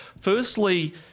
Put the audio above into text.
Firstly